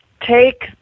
take